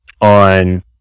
on